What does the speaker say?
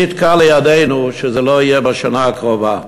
מי יתקע לידנו שזה לא יהיה בשנה הקרובה?